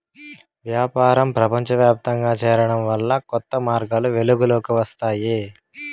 వ్యాపారం ప్రపంచవ్యాప్తంగా చేరడం వల్ల కొత్త మార్గాలు వెలుగులోకి వస్తాయి